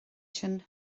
sin